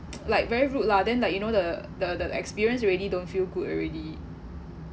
like very rude lah then like you know the the the experience already don't feel good already